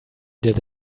did